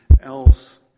else